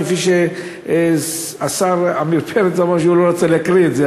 כפי שהשר עמיר פרץ אמר שהוא לא רוצה להקריא את זה,